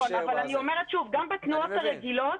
נכון, אבל אני אומרת שוב, גם בתנועות הרגילות